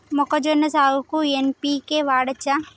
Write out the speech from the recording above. మొక్కజొన్న సాగుకు ఎన్.పి.కే వాడచ్చా?